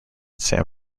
san